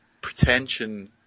pretension